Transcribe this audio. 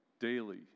daily